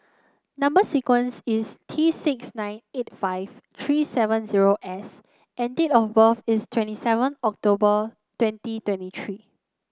number sequence is T six nine eight five three seven S and date of birth is twenty seven October twenty twenty three